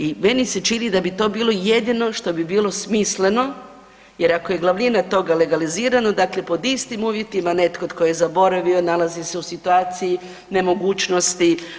I meni se čini da bi to bilo jedino što bi bilo smisleno, jer ako je glavnina toga legalizirano, dakle pod istim uvjetima netko tko je zaboravio nalazi se u situaciji nemogućnosti.